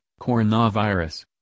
coronavirus